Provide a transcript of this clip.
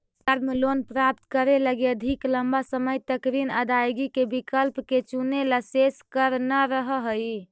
term loan प्राप्त करे लगी अधिक लंबा समय तक ऋण अदायगी के विकल्प के चुनेला शेष कर न रहऽ हई